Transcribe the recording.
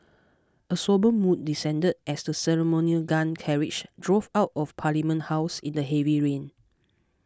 a sombre mood descended as the ceremonial gun carriage drove out of Parliament House in the heavy rain